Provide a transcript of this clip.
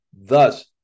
Thus